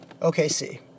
OKC